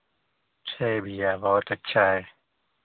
चले भैया बहुत अच्छा हैं